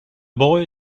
boy